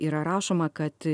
yra rašoma kad